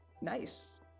nice